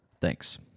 Thanks